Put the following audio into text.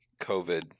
COVID